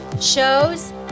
shows